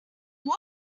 done